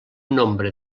nombre